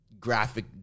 graphic